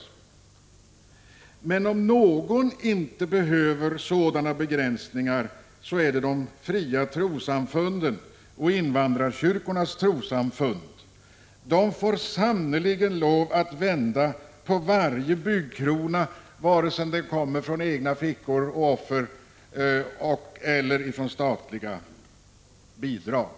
Om det är någon som inte behöver sådana begränsningar är det de fria trossamfunden och invandrarkyrkornas trossamfund. De får sannerligen lov att vända på varje byggkrona, vare sig den kommer från egna fickor och offer eller från statliga bidrag.